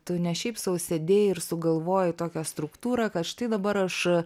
tu ne šiaip sau sėdėjai ir sugalvojai tokią struktūrą kad štai dabar aš